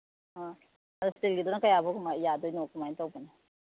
ꯑꯣ ꯑꯗꯣ ꯏꯁꯇꯤꯜꯒꯤꯗꯨꯅ ꯀꯌꯥꯃꯨꯛ ꯌꯥꯗꯣꯏꯅꯣ ꯀꯔꯃꯥꯏ ꯇꯧꯕꯅꯣ